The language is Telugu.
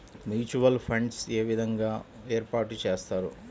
మ్యూచువల్ ఫండ్స్ ఏ విధంగా ఏర్పాటు చేస్తారు?